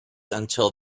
until